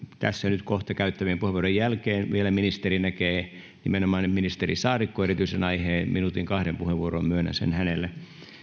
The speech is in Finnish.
tässä kohta käyttämien puheenvuorojen jälkeen ministeri vielä näkee nimenomainen ministeri saarikko erityisen aiheen minuutin kahden puheenvuoroon myönnän sen hänelle